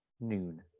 noon